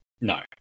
No